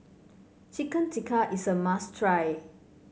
Chicken Tikka is a must try